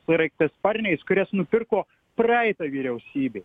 sraigtasparniais kurias nupirko praeita vyriausybė